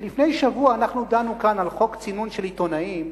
ולפני שבוע אנחנו דנו כאן על חוק צינון של עיתונאים,